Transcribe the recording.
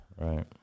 Right